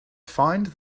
find